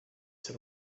set